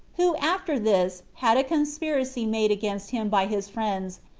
who after this had a conspiracy made against him by his friends,